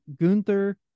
Gunther